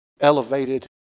elevated